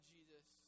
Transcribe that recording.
Jesus